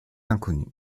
inconnu